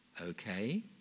Okay